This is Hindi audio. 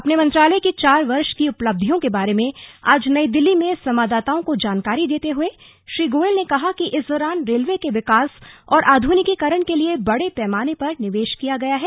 अपने मंत्रालय की चार वर्ष की उपलब्धियों के बारे में आज नई दिल्ली में संवाददाताओं को जानकारी देते हए श्री गोयल ने कहा कि इस दौरान रेलवे के विकास और आध्निकीकरण के लिए बड़े पैमाने पर निवेश किया गया है